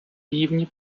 рівні